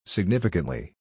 Significantly